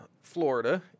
Florida